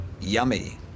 Yummy